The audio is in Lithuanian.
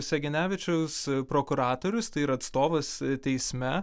segenevičius prokuratorius tai yra atstovas teisme